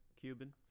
Cuban